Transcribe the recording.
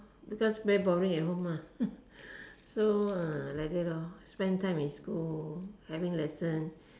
because very boring at home lah so like that lor spend time in school having lesson